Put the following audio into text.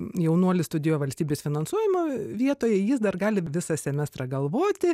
jaunuolis studijuoja valstybės finansuojamoj vietoj jis dar gali visą semestrą galvoti